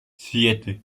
siete